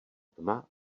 tma